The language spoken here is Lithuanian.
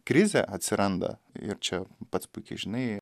krizė atsiranda ir čia pats puikiai žinai